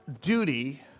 duty